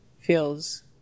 feels